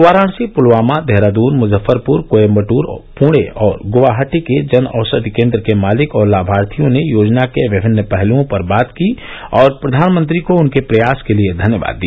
वाराणसी पुलवामा देहरादून मुजफ्फरपुर कोयम्बटूर पुणे और ग्वाहाटी के जनऔषधि केन्द्र के मालिक और लाभार्थियों ने योजना के विभिन्न पहलुओं पर बात की और प्रधानमंत्री को उनके प्रयास के लिए धन्यवाद दिया